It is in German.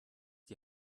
die